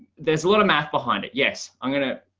there's a little math behind it. yes, i'm going to,